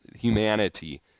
humanity